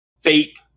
fake